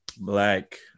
Black